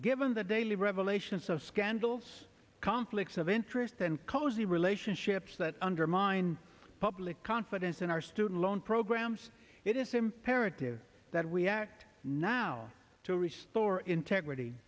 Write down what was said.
given the daily revelations of scandals conflicts of interest and cozy relationships that undermine public confidence in our student loan programs it is imperative that we act now to restore integrity